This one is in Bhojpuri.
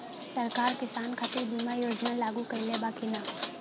सरकार किसान खातिर बीमा योजना लागू कईले बा की ना?